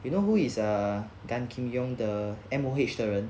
you know who is err gan kim yong the M_O_H 的人